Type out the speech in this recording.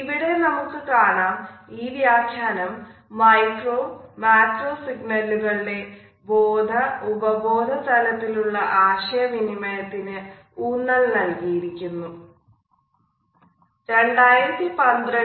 ഇവിടെ നമുക്ക് കാണാം ഈ വ്യാഖ്യാനം മൈക്രോ മാക്രോ സിഗ്നലുകളുടെ ബോധ ഉപബോധ തലത്തിലൂടെ ഉള്ള ആശയ വിനിമയത്തിന് ഊന്നൽ നൽകിയിരിക്കുന്നുയഥാർത്ഥ വികാരങ്ങൾ വളരെ പെട്ടെന്നു പുറത്തു വരും ഒന്നോ രണ്ടോ നിമിഷത്തേക്ക് മാത്രമേ അഫക്ട് ഡിസ്പ്ലെയ്സ് ഉപകരിക്കയുള്ളു